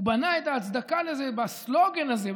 הוא בנה את ההצדקה לזה בסלוגן הזה,